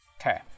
okay